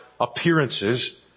appearances